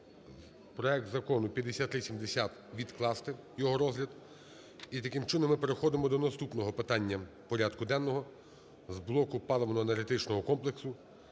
проект закону 5370 відкласти його розгляд. І, таким чином, ми переходимо до наступного питання порядку денного з блоку паливно-енергетичного комплексу